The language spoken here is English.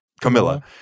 Camilla